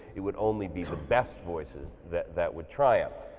it would only be the best voices that that would triumph.